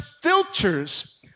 filters